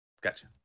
Gotcha